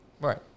Right